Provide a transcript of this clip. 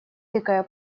тыкая